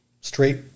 straight